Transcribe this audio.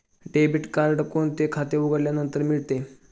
Debit card कोणते खाते उघडल्यानंतर मिळते?